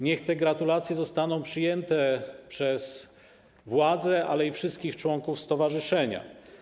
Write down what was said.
Niech te gratulacje zostaną przyjęte przez władze, ale i wszystkich członków stowarzyszenia.